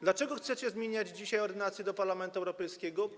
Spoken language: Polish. Dlaczego chcecie zmieniać dzisiaj ordynację do Parlamentu Europejskiego?